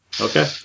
Okay